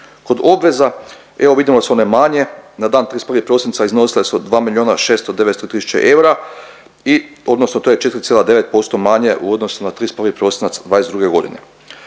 Kod obveza evo vidimo da su one manje, na dan 31. prosinca iznosile su 2 miliona šesto devetsto tisuće i odnosno to je 4,9% manje u odnosu na 31. prosinac '22. godine.